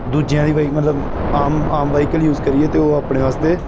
ਦੂਜਿਆਂ ਦੀ ਬਾਈਕ ਮਤਲਬ ਆਮ ਆਮ ਵਹੀਕਲ ਯੂਜ ਕਰੀਏ ਅਤੇ ਉਹ ਆਪਣੇ ਵਾਸਤੇ